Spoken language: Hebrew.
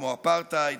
כמו אפרטהייד,